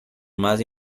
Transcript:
más